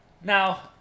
Now